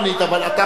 אבל אתה עכשיו,